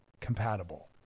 compatible